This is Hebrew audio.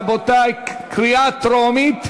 רבותי, קריאה טרומית.